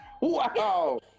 Wow